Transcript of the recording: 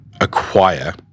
acquire